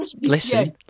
listen